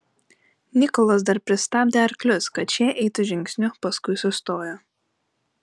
nikolas dar pristabdė arklius kad šie eitų žingsniu paskui sustojo